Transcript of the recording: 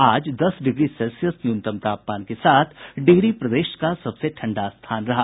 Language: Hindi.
आज दस डिग्री सेल्सियस न्यूनतम तापमान के साथ डिहरी प्रदेश का सबसे ठंडा स्थान रहा